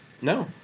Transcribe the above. No